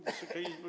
Wysoka Izbo!